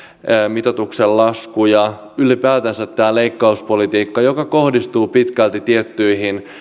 mitoituksen lasku ja ylipäätänsä tämä leikkauspolitiikka joka kohdistuu pitkälti tiettyihin